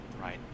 Right